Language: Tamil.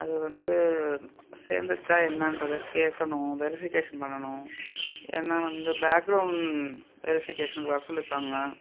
அது வந்து சேர்ந்துச்சா என்னெங்றத கேட்கணும் வெரிஃபிகேஷன் பண்ணணும் ஏன்னால் வந்து பேக்ரௌண்ட் வெரிஃபிகேஷன்னுக்கு வர சொல்லியிருக்காங்க